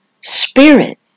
spirit